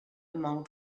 among